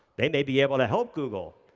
they may be able to help google.